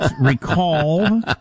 recall